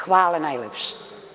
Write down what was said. Hvala najlepše.